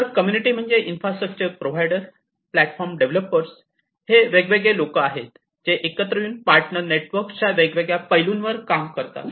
तर कम्युनिटी म्हणजे infrastructure provider platform developers हे वेगवेगळी लोक आहेत जे एकत्र येऊन पार्टनर नेटवर्क च्या वेगवेगळ्या पैलूंवर काम करतात